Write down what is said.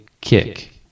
kick